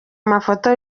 mafoto